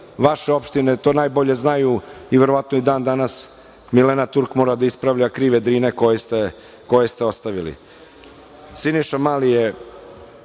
vaše opštine to najbolje znaju i verovatno i dan i danas Milena Turk mora da ispravlja krive Drine koje ste ostavili. Siniša Mali sve